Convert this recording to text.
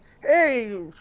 hey